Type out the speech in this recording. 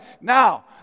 now